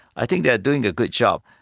i think they are doing a good job.